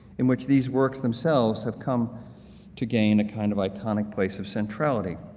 in which these works themselves have come to gain a kind of iconic place of centrality,